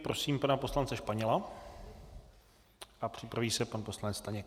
Prosím pana poslance Španěla a připraví se pan poslanec Staněk.